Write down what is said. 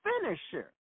finisher